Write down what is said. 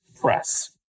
press